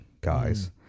guys